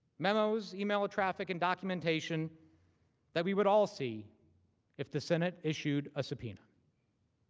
memos, email traffic and documentation that we would all see if the senate issued a subpoena.